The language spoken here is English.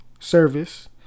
service